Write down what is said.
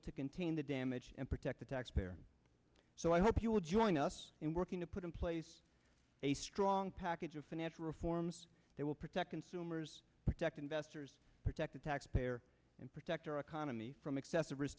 to contain the damage and protect the taxpayer so i hope you will join us in working to put in place a strong package of financial reforms that will protect consumers protect investors protect the taxpayer and protect our economy from excessive risk